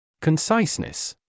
Conciseness